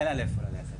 אין לה לאיפה ללכת,